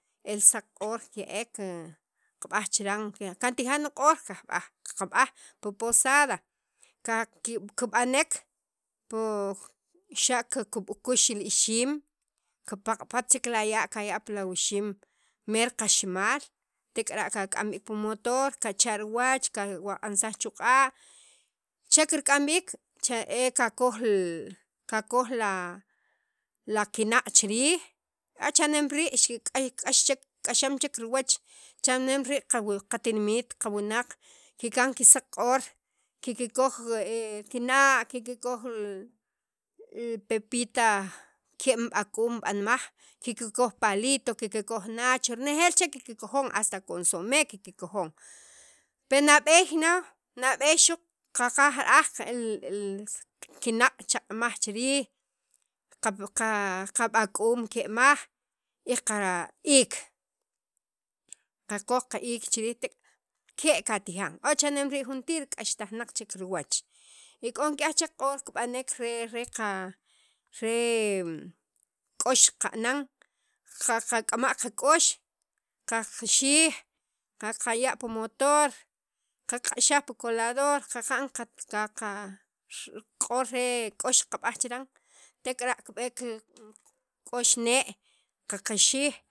el saq q'or kiya'ek qab'aj chiran qatija' niq'or qaqb'aj qaqb'aj pi posada kib'anek po xa' kib'oqux li ixiim kipaq'pat chel la ya' kaya' pi la wuxiim mer qaximaal tek'ara' kak'am b'iik pi motor kacha riwach qawaq'ansaj chu' q'a' che kirk'am b'iik cha e kakoj l kakoj la la kinaq' chi riij, ache'nem rii' k'ax chek k'axam chek riwach cha'nem rii' qa tinimet qawunaq kigan kisaq q'or kikoj kinaq', kikoj li li pepita ke'm b'ak'um b'anmaj kikoj palito kikoj nacho nejeel che kikojon hasta consome kikkojon penab'eey no nab'eey xu' qaqaj ra'aj li kinaq' chaq'maj chi riij qab' qab'ak'um ke'maj y qa iik, qakoj li qa iik chi riij tek' ke' kana'an e cha'nem rii' juntir k'axyajnaq chek riwach y k'o nik'yaj chek q'or kib'anek re re k'ox qana'n qaqak'ama' qak'ox qaqixij, qaqaya' pi motor qaq'axaj pi qa colador qaqa'n qaqa q'or re k'ox qab'aj chiran tek'ara' kib'eek li k'ox ne' qaqixij.